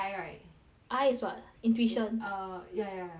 I is what ah eh intuition err ya ya ya I got I I think